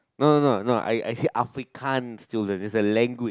no no no no I I said african student it's a language